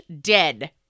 dead